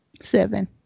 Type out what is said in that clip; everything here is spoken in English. Seven